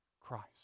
Christ